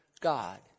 God